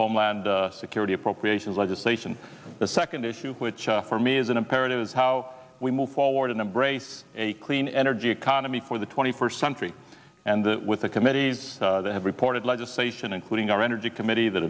homeland security appropriations legislation the second issue which for me is an imperative is how we move forward and embrace a clean energy economy for the twenty first century and that with the committees that have reported legislation including our energy committee that